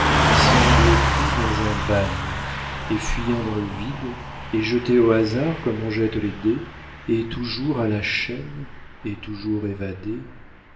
semblent pris dans un bagne et fuyant dans le vide et jetés au hasard comme on jette les dés et toujours à la chaîne et toujours évadés